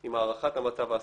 עם הערכת המצב האסטרטגית,